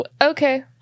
okay